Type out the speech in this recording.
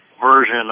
version